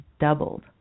doubled